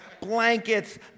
blankets